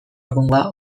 egungoa